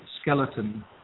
skeleton